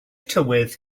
tywydd